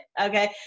Okay